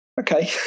okay